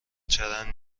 چرند